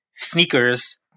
Sneakers